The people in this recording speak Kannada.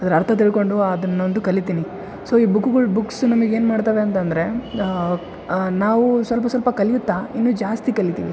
ಅದರ ಅರ್ಥ ತಿಳ್ಕೊಂಡು ಅದನ್ನೊಂದು ಕಲಿತೀನಿ ಸೊ ಈ ಬುಕ್ಗಳ್ ಬುಕ್ಸ್ ನಮಗೆ ಏನು ಮಾಡ್ತವೆ ಅಂತಂದರೆ ನಾವು ಸ್ವಲ್ಪ ಸ್ವಲ್ಪ ಕಲಿಯುತ್ತ ಇನ್ನು ಜಾಸ್ತಿ ಕಲಿತೀವಿ